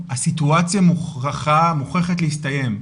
הסיטואציה מוכרחה להסתיים.